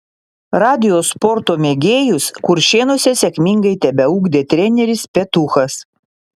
radijo sporto mėgėjus kuršėnuose sėkmingai tebeugdė treneris petuchas